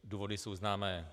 Důvody jsou známé.